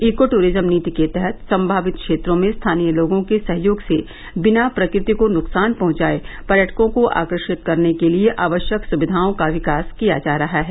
eco tourism नीति के तहत सम्मावित क्षेत्रों में स्थानीय लोगों के सहयोग से बिना प्रकृति को नुकसान पहुंचाये पर्यटकों को आकर्षित करने के लिए आवश्यक सुविधाओं का विकास किया जा रहा है